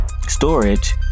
storage